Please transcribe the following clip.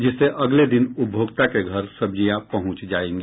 जिससे अगले दिन उपभोक्ता के घर सब्जियां पहुंच जायेंगी